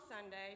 Sunday